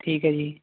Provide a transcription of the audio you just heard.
ਠੀਕ ਹੈ ਜੀ